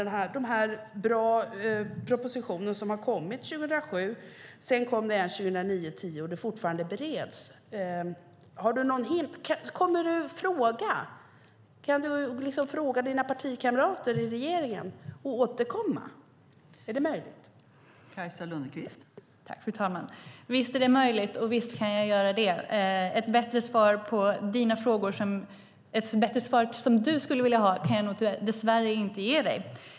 Det kom en bra proposition 2007. Sedan kom en 2009/10, och ärendet bereds fortfarande. Kommer du att fråga dina partikamrater i regeringen och återkomma?